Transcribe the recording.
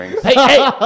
Hey